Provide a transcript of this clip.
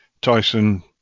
Tyson